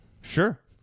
sure